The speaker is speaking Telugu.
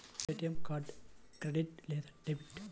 ఏ.టీ.ఎం కార్డు క్రెడిట్ లేదా డెబిట్?